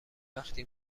وقتی